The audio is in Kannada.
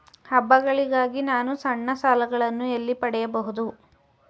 ಹಬ್ಬಗಳಿಗಾಗಿ ನಾನು ಸಣ್ಣ ಸಾಲಗಳನ್ನು ಎಲ್ಲಿ ಪಡೆಯಬಹುದು?